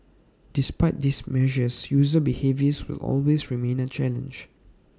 despite these measures user behaviour will always remain A challenge